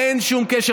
אין שום קשר.